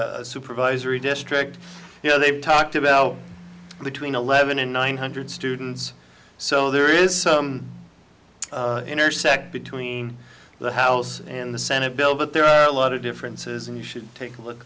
supervisory district you know they've talked about between eleven and nine hundred students so there is some intersect between the house and the senate bill but there are a lot of differences and you should take a look